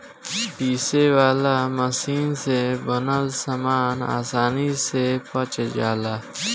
पीसे वाला मशीन से बनल सामान आसानी से पच जाला